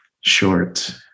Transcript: short